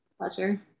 pleasure